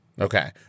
Okay